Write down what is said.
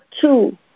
two